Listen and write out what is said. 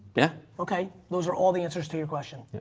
yeah. okay. those are all the answers to your question. yeah.